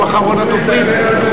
הוא אחרון הדוברים?